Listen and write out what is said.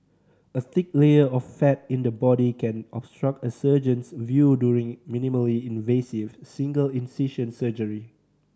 a thick layer of fat in the body can obstruct a surgeon's view during minimally invasive single incision surgery